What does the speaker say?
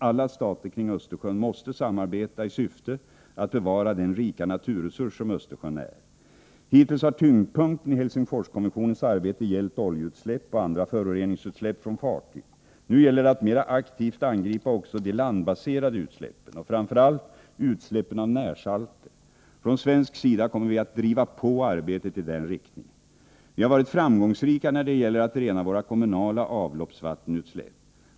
Alla stater kring Östersjön måste samarbeta i syfte att bevara den rika naturresurs som Östersjön är. Hittills har tyngdpunkten i Helsingforskonventionens arbete varit oljeutsläpp och andra föroreningsutsläpp från fartyg. Nu gäller det att mera aktivt angripa också de landbaserade utsläppen och framför allt utsläppen av närsalter. Från svensk sida kommer vi att driva på arbetet i den riktningen. Vi har varit framgångsrika när det gäller att rena våra kommunala avloppsvattenutsläpp.